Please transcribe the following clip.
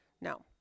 No